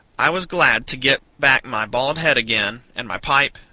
i was glad to get back my bald head again, and my pipe,